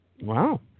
Wow